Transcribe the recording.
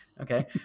Okay